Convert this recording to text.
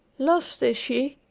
lost, is she?